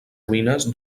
ruïnes